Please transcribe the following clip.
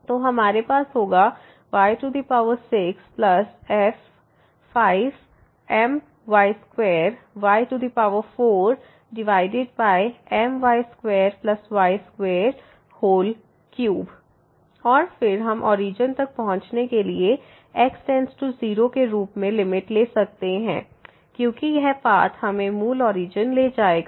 तो हमारे पास होगा y65my2y4my2y23 और फिर हम ओरिजन तक पहुँचने के लिए x→0 के रूप में लिमिट ले सकते हैं क्योंकि यह पाथ हमें मूल ओरिजन ले जाएगा